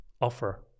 offer